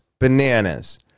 bananas